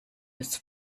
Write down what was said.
des